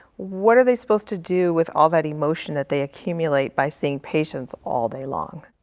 what are they supposed to do with all that emotion that they accumulate by seeing patients all day long?